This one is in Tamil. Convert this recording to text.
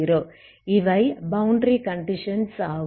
இவை பௌண்டரி கண்டிஷன்ஸ் ஆகும்